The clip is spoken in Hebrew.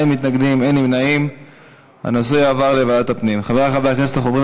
ההצעה להעביר את הנושא לוועדת הפנים והגנת הסביבה נתקבלה.